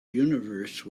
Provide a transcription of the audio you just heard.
universe